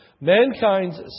Mankind's